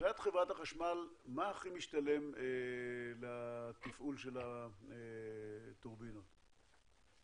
מה הכי משתלם לתפעול של הטורבינות מבחינת חברת החשמל?